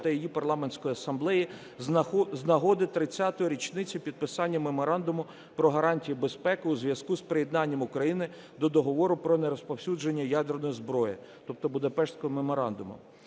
та її Парламентської Асамблеї з нагоди 30-ї річниці підписання Меморандуму про гарантії безпеки у зв'язку з приєднанням України до Договору про нерозповсюдження ядерної зброї, тобто Будапештського меморандуму.